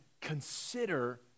consider